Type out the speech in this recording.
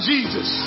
Jesus